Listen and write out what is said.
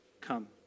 come